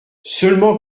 seulement